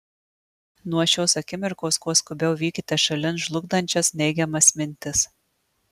nuo šios akimirkos kuo skubiau vykite šalin žlugdančias neigiamas mintis